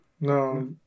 No